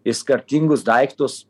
į skirtingus daiktus